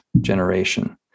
generation